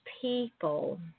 people